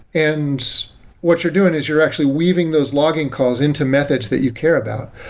and what you're doing is you're actually weaving those logging calls into methods that you care about.